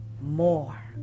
more